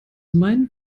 meinen